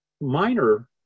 minor